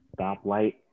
stoplight